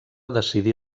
decidí